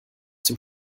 dem